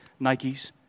Nikes